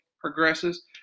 progresses